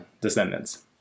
descendants